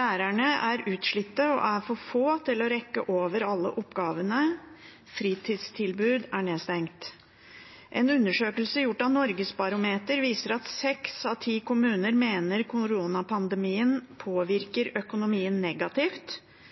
lærerne er utslitte og er for få til å rekke over alle oppgavene, fritidstilbud er nedstengt. En undersøkelse gjort av NorgesBarometeret viser at 6 av 10 kommuner mener koronapandemien påvirker økonomien negativt,